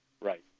Right